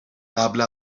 قبل